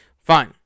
Fine